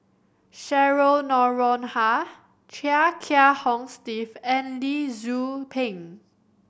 Cheryl Noronha Chia Kiah Hong Steve and Lee Tzu Pheng